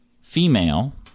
female